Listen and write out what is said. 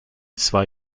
zwei